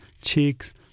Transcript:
cheeks